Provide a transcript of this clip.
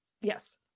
Yes